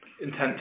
intent